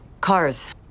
Cars